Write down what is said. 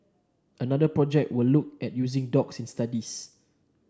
another project will look at using dogs in studies